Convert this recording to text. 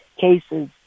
cases